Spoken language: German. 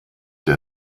der